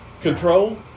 control